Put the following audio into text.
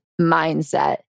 mindset